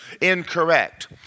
Incorrect